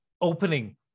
opening